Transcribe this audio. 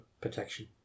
protection